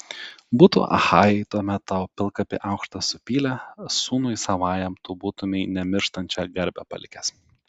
būtų achajai tuomet tau pilkapį aukštą supylę sūnui savajam tu būtumei nemirštančią garbę palikęs